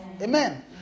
Amen